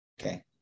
Okay